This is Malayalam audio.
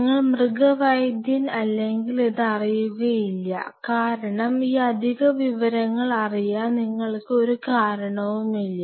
നിങ്ങൾ മൃഗവൈദൻ അല്ലെങ്കിൽ ഇത് അറിയുകയില്ല കാരണം ഈ അധിക വിവരങ്ങൾ അറിയാൻ നിങ്ങൾക്ക് ഒരു കാരണവുമില്ല